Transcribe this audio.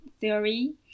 Theory